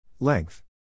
Length